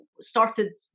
started